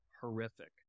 horrific